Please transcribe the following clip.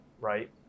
right